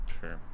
sure